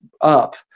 up